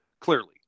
Clearly